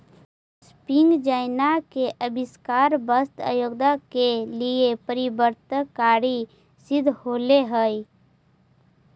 spinning jenny के आविष्कार वस्त्र उद्योग के लिए परिवर्तनकारी सिद्ध होले हई